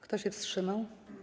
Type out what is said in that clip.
Kto się wstrzymał?